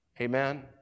Amen